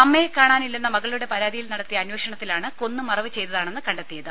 അമ്മയെ കാണാനില്ലെന്ന മകളുടെ പരാതിയിൽ നടത്തിയ അന്വേഷണത്തിലാണ് കൊന്ന് മറവ് ചെയ്തതാണെന്ന് കണ്ടെത്തിയത്